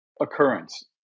occurrence